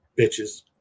bitches